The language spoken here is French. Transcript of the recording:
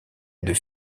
deux